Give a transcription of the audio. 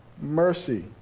mercy